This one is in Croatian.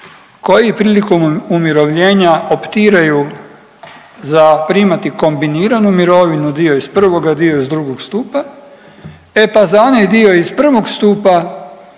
koji prilikom umirovljenja optiraju za primati kombiniranu mirovinu dio iz prvoga, dio iz drugog stupa. E pa za onaj dio iz prvog stupa,